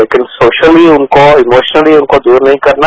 लेकिन सोशली उनको इमोशली उनको दूर नहीं करना